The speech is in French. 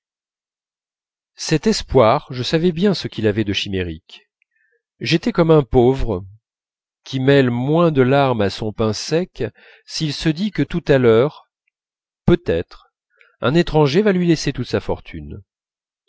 cet espoir je savais bien ce qu'il avait de chimérique j'étais comme un pauvre qui mêle moins de larmes à son pain sec s'il se dit que tout à l'heure peut-être un étranger va lui laisser toute sa fortune